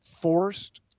forced